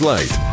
Light